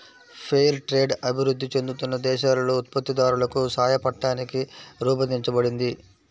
fair trade అభివృద్ధి చెందుతున్న దేశాలలో ఉత్పత్తిదారులకు సాయపట్టానికి రూపొందించబడింది